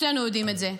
שנינו יודעים את זה,